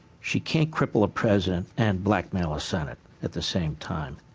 she can't cripple a president and blackmail a senate at the same time.